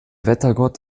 wettergott